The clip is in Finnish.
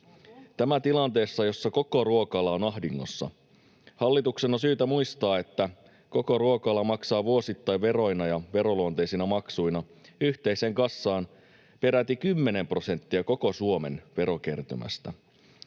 Tämä tilanteessa, jossa koko ruoka-ala on ahdingossa. Hallituksen on syytä muistaa, että koko ruoka-ala maksaa vuosittain veroina ja veroluonteisina maksuina yhteiseen kassaan peräti 10 prosenttia koko Suomen verokertymästä.